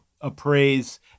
appraise